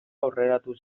aurreratu